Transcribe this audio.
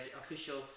official